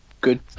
good